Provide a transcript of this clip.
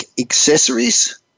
accessories